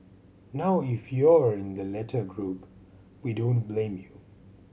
now if you're in the latter group we don't blame you